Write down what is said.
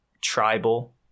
tribal